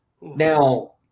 Now